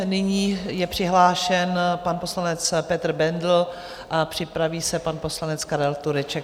Nyní je přihlášen pan poslanec Petr Bendl a připraví se pan poslanec Karel Tureček.